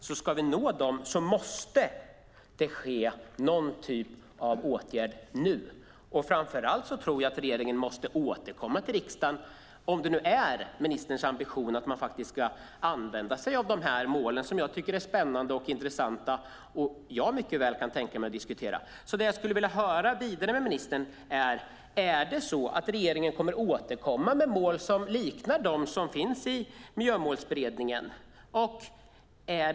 Ska vi nå dem måste det ske någon typ av åtgärd nu. Jag tror framför allt att regeringen måste återkomma till riksdagen, om det nu är ministerns ambition att man ska använda sig av målen. De är spännande och intressanta. Jag kan mycket väl tänka mig att diskutera dem. Det jag skulle vilja höra vidare med ministern är: Kommer regeringen att återkomma med mål som liknar dem som Miljömålsberedningen har?